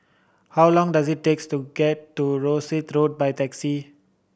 how long does it takes to get to Rosyth Road by taxi